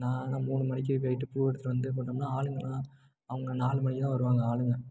நான் ஆனால் மூணு மணிக்கு போய்ட்டு பூவை எடுத்துகிட்டு வந்து போட்டோம்னால் ஆளுங்கெல்லாம் அவங்க நாலு மணிக்கு தான் வருவாங்கள் ஆளுங்கள்